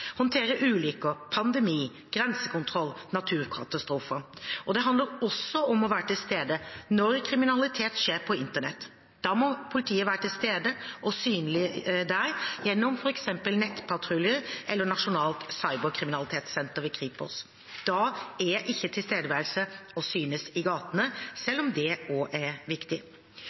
ulykker, pandemi, grensekontroll og naturkatastrofer. Det handler også om å være til stede når kriminalitet skjer på internett. Da må politiet være til stede og synlig der, gjennom f.eks. nettpatruljer eller Nasjonalt cyberkrimsenter i Kripos. Da er ikke tilstedeværelse å synes i gatene, selv om det også er viktig.